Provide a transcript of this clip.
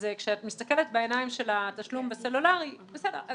כשאת מסתכלת בעיניים של התשלום בסלולרי, בסדר.